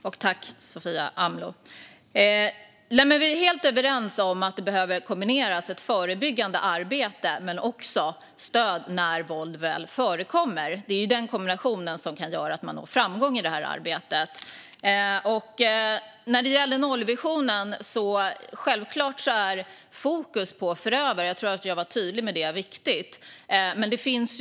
Fru talman! Vi är helt överens om att ett förebyggande arbete måste kombineras med stöd när våld väl förekommer. Det är den kombinationen som kan ge framgång i det här arbetet. När det gäller nollvisionen är fokus självklart på förövare. Jag tror att jag var tydlig med att det är viktigt.